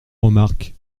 remarque